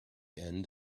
end